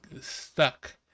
stuck